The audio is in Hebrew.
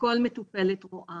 שכל מטופלת רואה